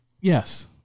Yes